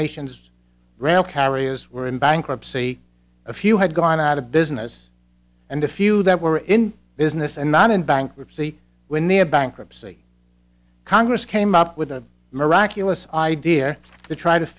nation's rail carriers were in bankruptcy a few had gone out of business and a few that were in business and not in bankruptcy when the a bankruptcy congress came up with a miraculous idea to try to